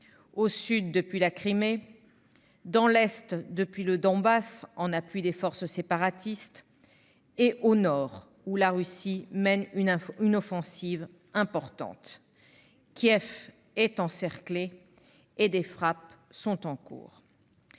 au sud, depuis la Crimée ; dans l'est, depuis le Donbass, en appui des forces séparatistes ; et au nord, où ils mènent une offensive importante. Kiev est encerclée et des frappes sont en cours.